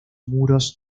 muros